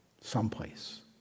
someplace